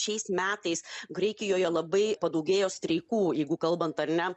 šiais metais graikijoje labai padaugėjo streikų jeigu kalbant ar ne